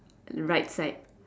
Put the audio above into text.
right side